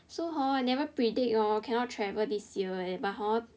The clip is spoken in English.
so hor I never predict hor cannot travel this year leh but hor